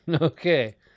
Okay